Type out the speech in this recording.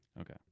Okay